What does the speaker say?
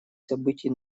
событий